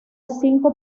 cinco